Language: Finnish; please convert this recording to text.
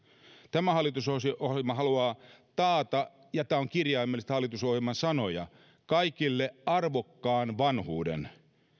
tämä hallitusohjelma haluaa taata ja tämä on kirjaimellisesti hallitusohjelman sanoja kaikille arvokkaan vanhuuden